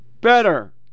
better